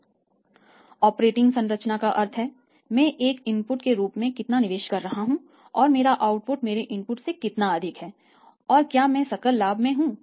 operating संरचना का अर्थ है मैं एक इनपुट के रूप में कितना निवेश कर रहा हूं और मेरा आउटपुट मेरे इनपुट से कितना अधिक है और क्या मैं सकल लाभ में हूं